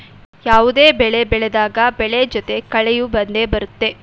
ಯಾವುದೇ ಬೆಳೆ ಬೆಳೆದಾಗ ಬೆಳೆ ಜೊತೆ ಕಳೆಯೂ ಬಂದೆ ಬರುತ್ತೆ